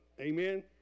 Amen